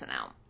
out